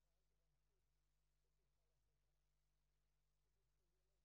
כץ, הובלנו איתך מהלך יפה מאוד של שיפור התחבורה